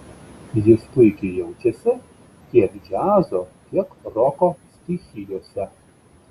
jis puikiai jaučiasi tiek džiazo tiek roko stichijose